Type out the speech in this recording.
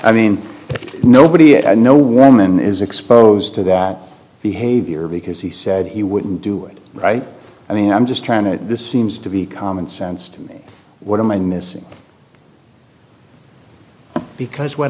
i mean nobody i know woman is exposed to that behavior because he said he wouldn't do it right i mean i'm just trying to this seems to be common sense to me what am i missing because when